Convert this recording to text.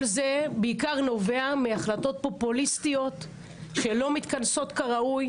כל זה בעיקר נובע מהחלטות פופוליסטיות שלא מתכנסות כראוי,